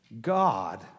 God